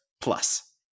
plus